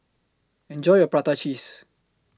Enjoy your Prata Cheese